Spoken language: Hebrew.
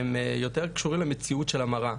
הם יותר קשורים למציאות של המרה.